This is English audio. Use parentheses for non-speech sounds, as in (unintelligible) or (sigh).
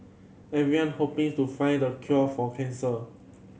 everyone hoping (unintelligible) to find the cure for cancer